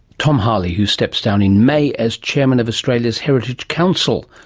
tom harley, who steps down in may as chairman of australia's heritage council,